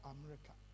America